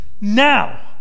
now